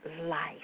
life